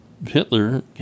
Hitler